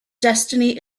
destiny